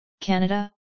Canada